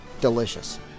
delicious